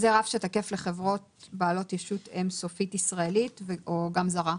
זה רף שתקף לחברות בעלות ישות אין סופית ישראלית או גם זרה?